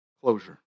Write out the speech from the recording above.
closure